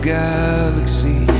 galaxy